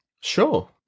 Sure